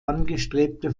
angestrebte